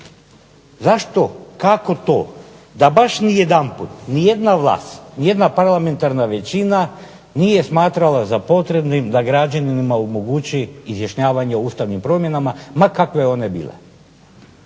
Zašto, kako to da baš nijedanput nijedna vlast, nijedna parlamentarna većina nije smatrala za potrebnim da građanima omogući izjašnjavanje o ustavnim promjenama ma kakve one bile,